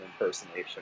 impersonation